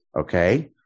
Okay